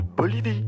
Bolivie